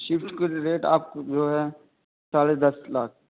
soft کا جو rate آپ جو ہے ساڑھے دس لاکھ